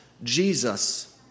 Jesus